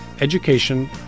education